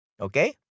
Okay